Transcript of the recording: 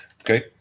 Okay